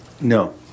No